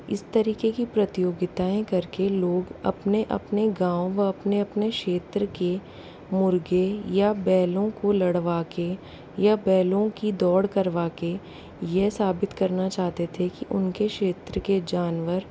इस तरीके की प्रतियोगोताएँ करके लोग अपने अपने गाँव व अपने अपने क्षेत्र के मुर्गे या बैलों को लड़वा कर या बैलों की दौड़ करवा कर यह साबित करना चाहते थे कि उनके क्षेत्र के जानवर